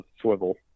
swivel